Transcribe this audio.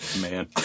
Man